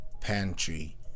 pantry